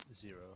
zero